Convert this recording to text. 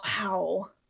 wow